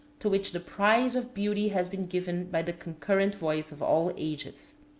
to which the prize of beauty has been given by the concurrent voice of all ages.